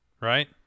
Right